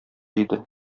иде